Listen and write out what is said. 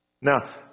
Now